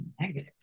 negative